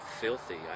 filthy